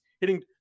hitting